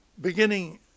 beginning